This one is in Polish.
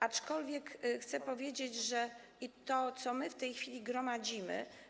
Aczkolwiek chcę powiedzieć o tym, co my w tej chwili gromadzimy.